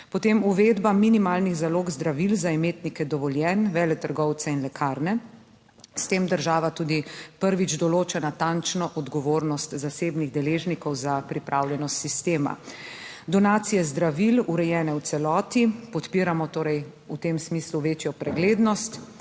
Potem uvedba minimalnih zalog zdravil za imetnike dovoljenj, veletrgovce in lekarne. S tem država tudi prvič določa natančno odgovornost zasebnih deležnikov za pripravljenost sistema. Donacije zdravil urejene v celoti. Podpiramo torej v tem smislu večjo preglednost,